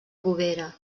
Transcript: bovera